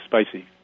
spicy